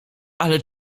ale